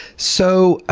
so,